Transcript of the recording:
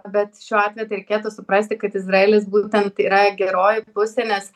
bet šiuo atveju tai reikėtų suprasti kad izraelis būtent yra geroji pusė nes